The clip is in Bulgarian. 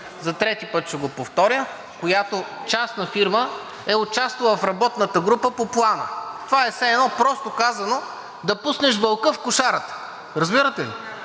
За трети път ще го повторя, която частна фирма е участвала в работната група по Плана. Това е все едно, просто казано, да пуснеш вълка в кошарата. Разбирате ли?